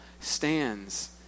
stands